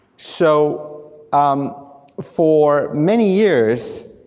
so um for many years,